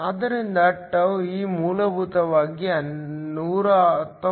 ಆದ್ದರಿಂದ τe ಮೂಲಭೂತವಾಗಿ 119